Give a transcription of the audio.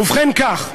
ובכן, כך: